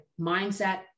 mindset